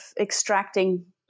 extracting